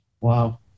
wow